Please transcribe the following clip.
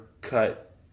cut